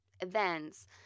events